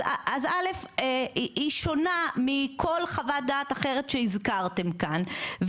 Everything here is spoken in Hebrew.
אז א' היא שונה מכל חוות דעת אחרת שהזכרתם כאן,